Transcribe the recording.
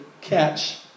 catch